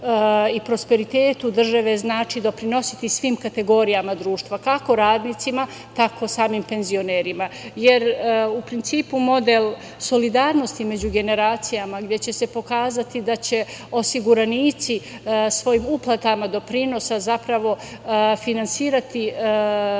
i prosperitetu države, znači doprinositi svim kategorijama društva kako radnicima, tako samim penzionerima. Jer, u principu model solidarnosti među generacijama gde će se pokazati da će osiguranici svojim uplatama doprinosa zapravo finansirati